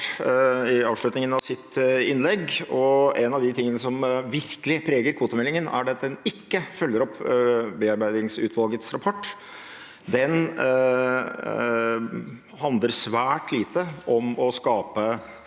i avslutningen av sitt innlegg. Noe av det som virkelig preger kvotemeldingen, er at den ikke følger opp bearbeidingsutvalgets rapport. Den handler svært lite om å skape